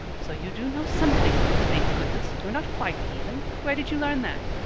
so you do know something then, thank goodness! you're not quite a heathen. where did you learn that?